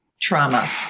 trauma